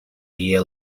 year